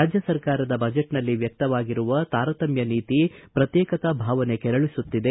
ರಾಜ್ಯ ಸರ್ಕಾರದ ಬಜೆಟ್ನಲ್ಲಿ ವ್ವಕ್ತವಾಗಿರುವ ತಾರತ್ಯಮ್ಯ ನೀತಿ ಪ್ರತ್ಯೇಕತಾ ಭಾವನೆ ಕೆರಳಿಸುತ್ತಿದೆ